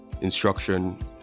instruction